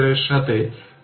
এই ইকুয়েশন 7